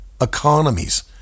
economies